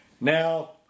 now